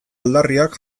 aldarriak